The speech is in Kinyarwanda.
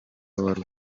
wari